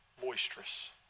boisterous